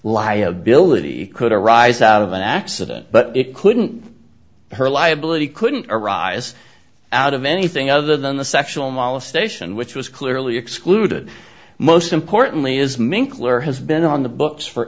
liability could arise out of an accident but it couldn't hurt a liability couldn't arise out of anything other than the sexual molestation which was clearly excluded most importantly is minkley or has been on the books for